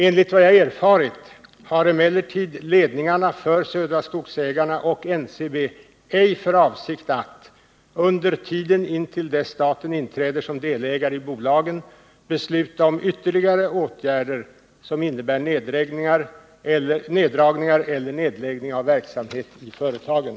Enligt vad jag har erfarit har emellertid ledningarna för Södra Skogsägarna och NCB ej för avsikt att, under tiden intill dess staten inträder som delägare i bolagen, besluta om ytterligare åtgärder som innebär neddragningar eller nedläggning av verksamhet i företagen.